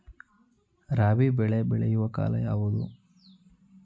ರಾಬಿ ಬೆಳೆ ಬೆಳೆಯುವ ಕಾಲ ಯಾವುದು?